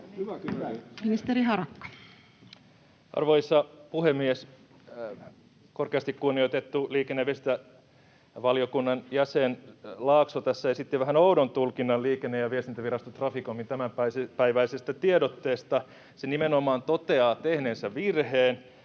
Ministeri Harakka. Arvoisa puhemies! Korkeasti kunnioitettu liikenne- ja viestintävaliokunnan jäsen Laakso tässä esitti vähän oudon tulkinnan Liikenne- ja viestintävirasto Traficomin tämänpäiväisestä tiedotteesta. Se nimenomaan toteaa tehneensä virheen